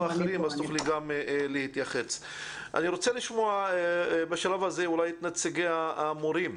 אני רוצה לשמוע בשלב הזה את נציגי המורים.